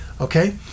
okay